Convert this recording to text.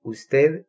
Usted